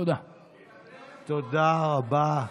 תודה רבה.